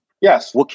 Yes